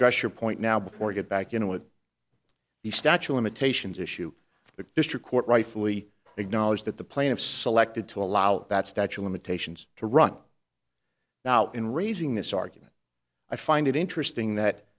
address your point now before i get back into the statue limitations issue the district court rightfully acknowledged that the plaintiff selected to allow that statue limitations to run now in raising this argument i find it interesting that